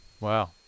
Wow